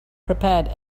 prepared